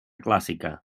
clàssica